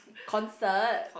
concert